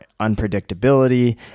unpredictability